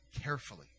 carefully